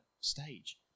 stage